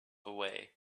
away